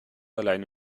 alleine